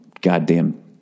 goddamn